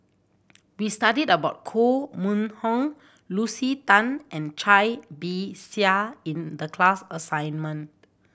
we studied about Koh Mun Hong Lucy Tan and Cai Bixia in the class assignment